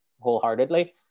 wholeheartedly